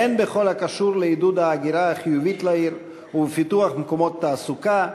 הן בכל הקשור לעידוד ההגירה החיובית לעיר ובפיתוח מקומות תעסוקה,